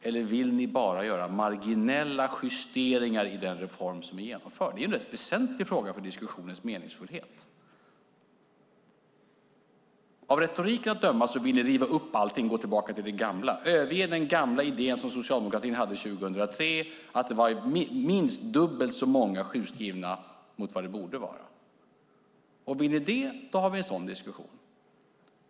Eller vill ni bara göra marginella justeringar i den reform som är genomförd? Det är en rätt väsentlig fråga för diskussionens meningsfullhet. Av retoriken att döma vill ni riva upp allting, gå tillbaka till det gamla och överge den gamla idén som socialdemokratin hade 2003 att det var minst dubbelt så många sjukskrivna som det borde vara. Vill ni det har vi en sådan diskussion.